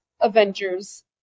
Avengers